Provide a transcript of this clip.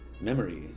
memory